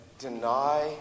deny